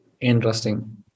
Interesting